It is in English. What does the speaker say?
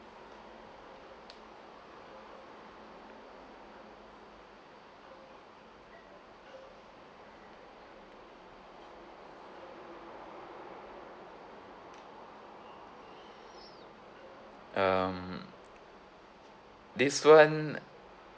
um this [one]